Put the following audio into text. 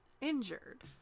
Injured